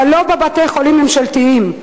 אבל לא בבתי-החולים הממשלתיים.